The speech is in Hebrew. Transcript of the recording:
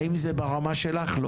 האם זה ברמה שלך?